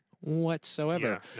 whatsoever